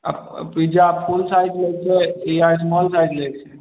आ pizza full size लै के छै या स्मॉल साइज लैके छै